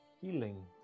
healing